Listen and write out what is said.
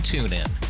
TuneIn